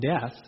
death